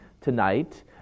tonight